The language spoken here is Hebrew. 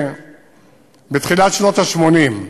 בתחילת שנות ה-80.